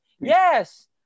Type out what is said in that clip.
yes